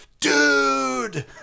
dude